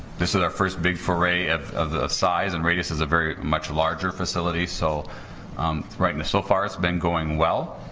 this is our first big for a of of the size and radius is a very much larger facility so right now and so far it's been going well